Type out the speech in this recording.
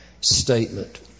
statement